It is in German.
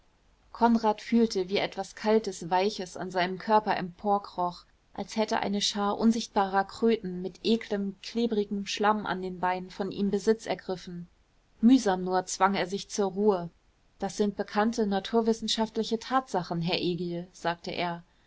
konrad fühlte wie etwas kaltes weiches an seinem körper emporkroch als hätte eine schar unsichtbarer kröten mit eklem klebrigem schlamm an den beinen von ihm besitz ergriffen mühsam nur zwang er sich zur ruhe das sind bekannte naturwissenschaftliche tatsachen herr egil sagte er